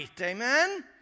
Amen